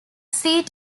seat